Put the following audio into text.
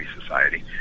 Society